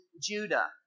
Judah